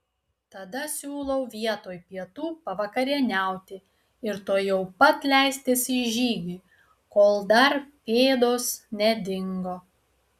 tada siūlau vietoj pietų pavakarieniauti ir tuojau pat leistis į žygį kol dar pėdos nedingo